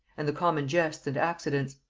and the common jests and accidents.